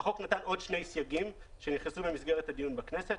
החוק נתן עוד שני סייגים שנכנסו במסגרת הדיון בכנסת.